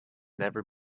never